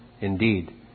indeed